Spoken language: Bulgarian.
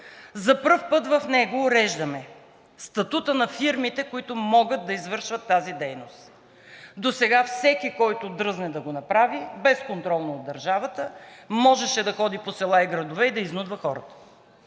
За пръв път в него уреждаме статута на фирмите, които могат да извършват тази дейност. Досега всеки, който дръзнеше да го направи безконтролно от държавата, можеше да ходи по села и градове и да изнудва хората.